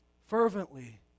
Fervently